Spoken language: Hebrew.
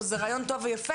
אבל זה רעיון טוב ויפה.